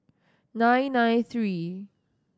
nine nine three